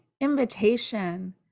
invitation